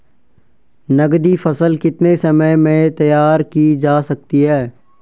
नगदी फसल कितने समय में तैयार की जा सकती है?